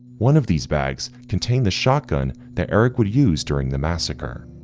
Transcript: one of these bags contain the shotgun that eric would use during the massacre.